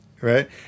right